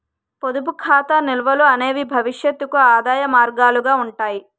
పొదుపు ఖాతా నిల్వలు అనేవి భవిష్యత్తుకు ఆదాయ మార్గాలుగా ఉంటాయి